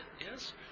yes